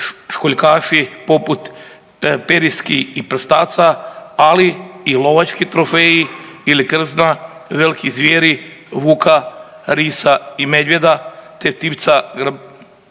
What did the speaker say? školjkaši poput periski i prstaca, ali i lovački trofeji ili krzna velikih zvijeri vuka, risa i medvjeda, te ptica